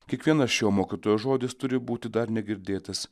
kiekvienas šio mokytojo žodis turi būti dar negirdėtas